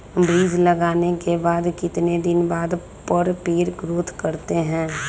बीज लगाने के बाद कितने दिन बाद पर पेड़ ग्रोथ करते हैं?